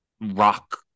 rock